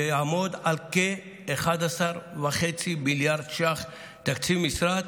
ויעמוד על כ-11.5 מיליארד שקלים תקציב משרד,